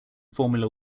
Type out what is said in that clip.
formula